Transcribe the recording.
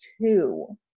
two